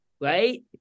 right